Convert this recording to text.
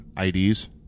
IDs